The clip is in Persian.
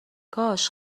کاش